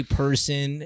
person